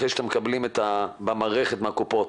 אחרי שאתם מקבלים במערכת מהקופות,